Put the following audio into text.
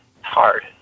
hard